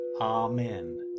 Amen